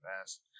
past